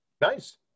Nice